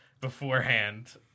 beforehand